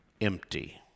empty